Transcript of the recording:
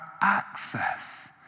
access